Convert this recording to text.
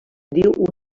diu